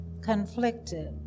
conflicted